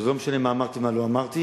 זה לא משנה מה אמרתי ומה לא אמרתי,